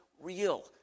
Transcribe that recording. real